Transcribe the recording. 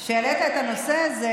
שהעלית את הנושא הזה,